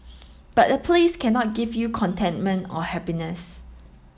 but a place cannot give you contentment or happiness